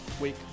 week